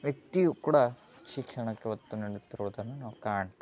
ವ್ಯಕ್ತಿಯೂ ಕೂಡ ಶಿಕ್ಷಣಕ್ಕೆ ಒತ್ತು ನೀಡುತ್ತಿರುವುದನ್ನು ನಾವು ಕಾಣ್ತೇವೆ